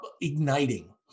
igniting